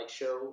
show